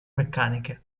meccaniche